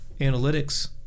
analytics